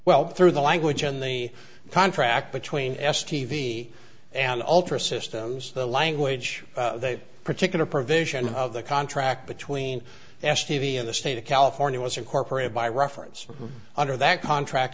well through the language in the contract between s t v and ultra systems the language a particular provision of the contract between s t v in the state of california was incorporated by reference under that contract